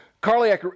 Carly